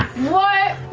what?